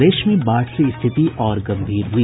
प्रदेश में बाढ़ से स्थिति और गंभीर हुई